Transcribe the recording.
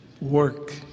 work